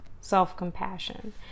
Self-Compassion